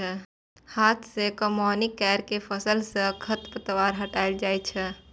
हाथ सं कमौनी कैर के फसल सं खरपतवार हटाएल जाए छै